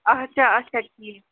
آچھا آچھا ٹھیٖک